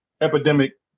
epidemic